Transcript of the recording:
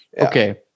Okay